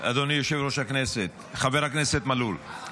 אדוני יושב-ראש המליאה, חבר הכנסת מלול,